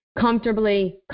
comfortably